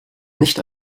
nicht